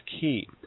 key